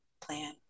plan